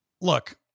Look